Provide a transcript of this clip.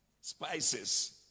Spices